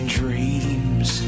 dreams